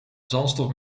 zandstorm